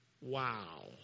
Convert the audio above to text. Wow